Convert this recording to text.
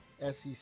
SEC